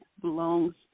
belongs